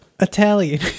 Italian